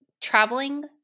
Traveling